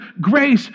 grace